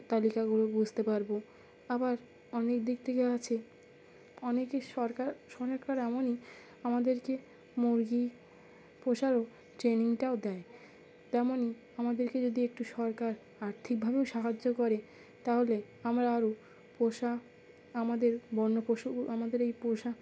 তালিকাগুলো বুঝতে পারব আবার অনেক দিক থেকে আছে অনেকে সরকার এমনই আমাদেরকে মুরগি পোষারও ট্রেনিংটাও দেয় তেমনই আমাদেরকে যদি একটু সরকার আর্থিকভাবেও সাহায্য করে তাহলে আমরা আরও পোষা আমাদের বন্য পশু আমাদের এই পোষা